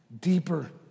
deeper